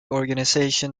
organization